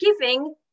giving